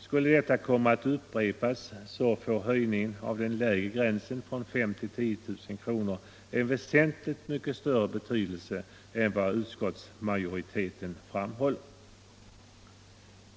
Skulle detta komma att upprepas får höjningen av den lägre gränsen från 5 000 till 10 000 kr. en väsentligt större betydelse än vad utskottsmajoriteten anser.